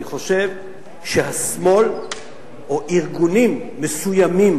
אני חושב שהשמאל או ארגונים מסוימים